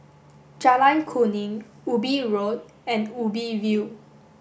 Jalan Kuning Ubi Road and Ubi View